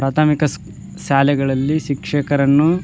ಪ್ರಾಥಮಿಕ ಶಾಲೆಗಳಲ್ಲಿ ಶಿಕ್ಷಕರನ್ನು